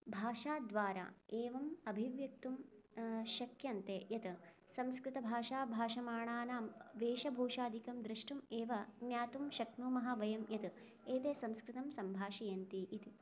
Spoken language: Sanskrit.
भाषाद्वारा एवम् अभिव्यक्तुं शक्यन्ते यत् संस्कृतभाषा भाषमाणानां वेशभूषादिकं द्रष्टुम् एव ज्ञातुं शक्नुमः वयं यत् एते संस्कृतं सम्भाषयन्ति इति